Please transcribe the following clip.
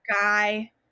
guy